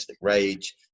rage